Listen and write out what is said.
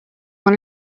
want